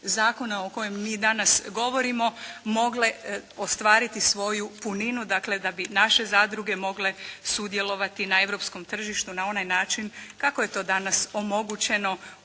Zakona o kojem mi danas govorimo mogle ostvariti svoju puninu. Dakle da bi naše zadruge mogle sudjelovati na europskom tržištu na onaj način kako je to danas omogućeno